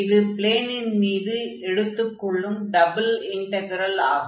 இது ப்ளேனின் மீது எடுத்துக் கொள்ளும் டபுள் இன்டக்ரெல் ஆகும்